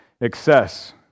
Excess